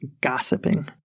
gossiping